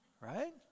right